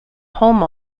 home